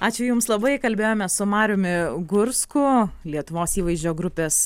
ačiū jums labai kalbėjome su mariumi gursku lietuvos įvaizdžio grupės